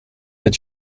het